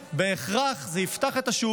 בהכרח זה יפתח את השוק.